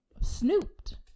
snooped